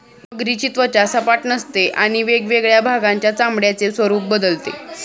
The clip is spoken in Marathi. मगरीची त्वचा सपाट नसते आणि वेगवेगळ्या भागांच्या चामड्याचे स्वरूप बदलते